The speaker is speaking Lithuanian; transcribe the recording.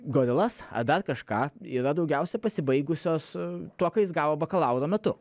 gorilas dar kažką yra daugiausia pasibaigusios su tuo ką jis gavo bakalauro metu